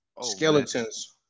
Skeletons